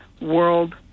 world